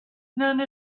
none